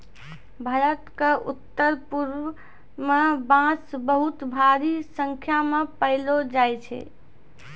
भारत क उत्तरपूर्व म बांस बहुत भारी संख्या म पयलो जाय छै